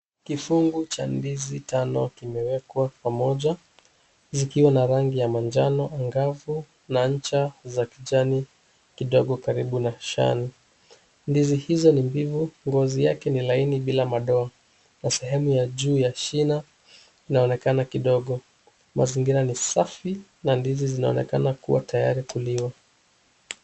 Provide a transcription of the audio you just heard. Kifungu cha ndizi tano kimewekwa pamoja zikiwa na rangi ya manjano angavu na ncha za kijani kidogo karibu na shan . Ndizi hizo ni mbivu, ngozi yake ni laini bila madoa na sehemu ya juu ya shina inaonekana kidogo. Mazingira ni safi na ndizi zinaonekana kuwa tayari kuliwa.